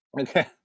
Okay